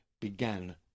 began